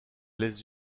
les